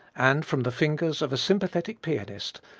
and from the fingers of a sympathetic pianist,